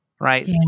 right